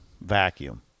Vacuum